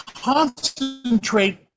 Concentrate